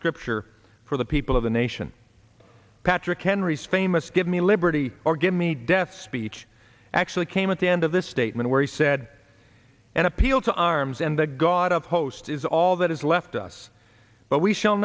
scripture for the people of the nation patrick henry's famous give me liberty or give me death speech actually came at the end of this statement where he said an appeal to arms and the god of host is all that has left us but we s